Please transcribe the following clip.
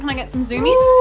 like get some zoomies? oh,